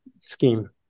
scheme